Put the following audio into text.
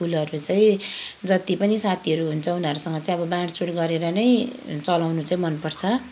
फुलहरू चाहिँ जति पनि साथीहरू हुन्छ उनीहरूसँग चाहिँ बाँडचुँड गरेर नै चलाउनु चाहिँ मनपर्छ